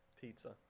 pizza